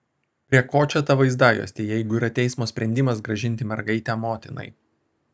prie ko čia ta vaizdajuostė jeigu yra teismo sprendimas grąžinti mergaitę motinai